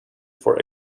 for